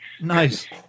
Nice